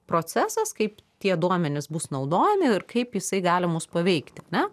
procesas kaip tie duomenys bus naudojami ir kaip jisai gali mus paveikti ne